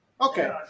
Okay